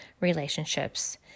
relationships